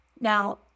Now